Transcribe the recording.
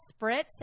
spritz